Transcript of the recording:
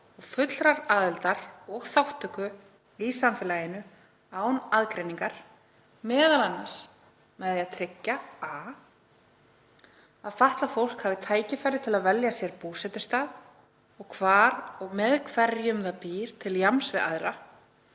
og fullrar aðildar og þátttöku í samfélaginu án aðgreiningar, meðal annars með því að tryggja: a. að fatlað fólk hafi tækifæri til þess að velja sér búsetustað og hvar og með hverjum það býr, til jafns við aðra,